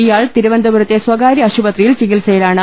ഇയാൾ തിരുവനന്തപുരത്തെ സ്വകാര്യ ആശുപത്രിയിൽ ചികിത്സയിലാണ്